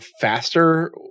faster